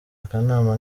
akanama